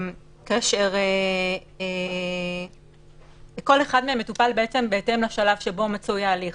כאשר כל אחד מהם מטופל בהתאם לשלב שבו מצוי ההליך.